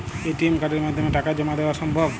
ATM কার্ডের মাধ্যমে টাকা জমা দেওয়া সম্ভব?